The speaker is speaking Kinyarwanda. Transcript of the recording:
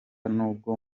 nubwo